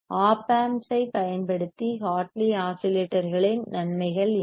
op ஆம்ப்ஸைப் பயன்படுத்தி Hartley ஆஸிலேட்டர்களின் நன்மைகள் என்ன